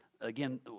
Again